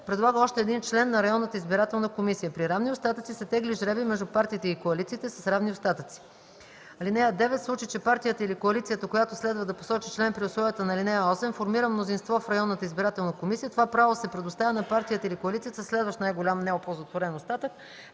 предлага още един член на районната избирателна комисия. При равни остатъци се тегли жребий между партиите и коалициите с равни остатъци. (9) В случай че партията или коалицията, която следва да посочи член при условията на ал. 8, формира мнозинство в районната избирателна комисия, това право се предоставя на партията или коалицията със следващия най-голям неоползотворен остатък.